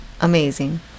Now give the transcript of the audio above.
Amazing